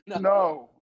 No